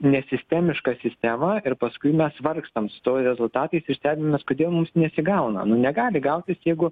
nesistemišką sistemą ir paskui mes vargstam su to rezultatais ir stebimės kodėl mums nesigauna nu negali gautis jeigu